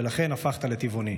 ולכן הפכת לטבעוני.